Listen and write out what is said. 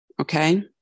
okay